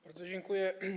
Bardzo dziękuję.